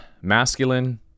masculine